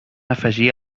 afegir